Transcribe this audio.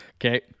Okay